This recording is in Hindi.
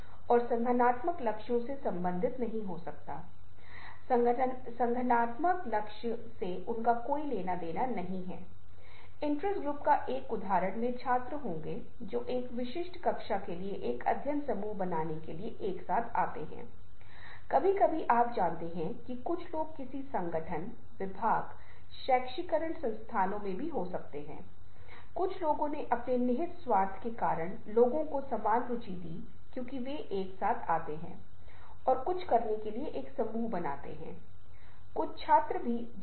पेरिस को एफिल टॉवर की छवि के रूप में प्रस्तुत करते हैं ऐसा नहीं है पेरिस एक तरह से व्यक्त किया गया है जैसा कि एफिल टॉवर के रूपक रूप में प्रस्तुत किया गया है और एफिल टॉवर शब्दों से बना है और ये शब्द उनकी अपनी योग्यता से कुछ अर्थ बताने में कामयाब हैं और वे एक छवि का संचार करने में कामयाब रहे जो पेरिस शब्द की अपनी केंद्रीयता के साथ छवि में ही है